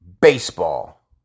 baseball